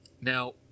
now